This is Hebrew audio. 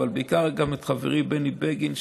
אבל בעיקר ם את חברי בני בגין,